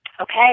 okay